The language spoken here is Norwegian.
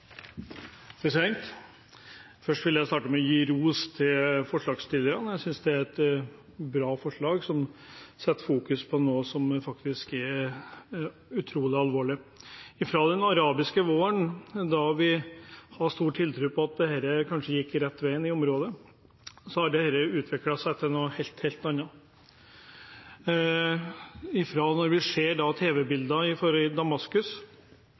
et bra forslag som setter fokus på noe som faktisk er utrolig alvorlig. Fra den arabiske våren, da vi hadde stor tiltro til at dette kanskje gikk rette veien i området, har dette utviklet seg til noe helt annet – og fra når vi ser